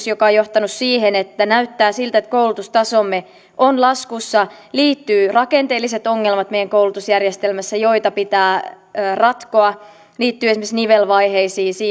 joka on johtanut siihen että näyttää siltä että koulutustasomme on laskussa liittyy rakenteellisia ongelmia meidän koulutusjärjestelmässämme joita pitää ratkoa liittyen esimerkiksi nivelvaiheisiin